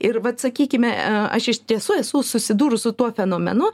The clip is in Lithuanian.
ir vat sakykime aš iš tiesų esu susidūrus su tuo fenomenu